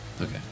Okay